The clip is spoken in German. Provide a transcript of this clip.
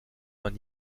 man